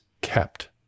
kept